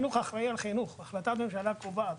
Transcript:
החלטת הממשלה קובעת